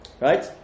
Right